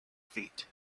feet